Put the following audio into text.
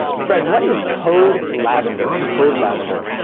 fred, what is code lavender? code lavender?